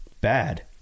bad